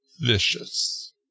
vicious